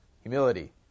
humility